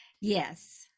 Yes